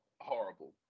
horrible